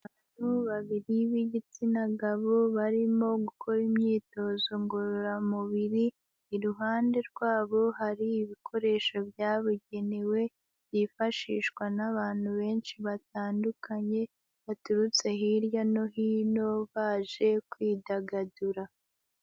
Abantu babiri b'igitsina gabo barimo gukora imyitozo ngororamubiri. Iruhande rwabo hari ibikoresho byabugenewe byifashishwa n'abantu benshi batandukanye baturutse hirya no hino baje kwidagadura.